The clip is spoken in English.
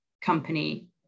company